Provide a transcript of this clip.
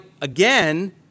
again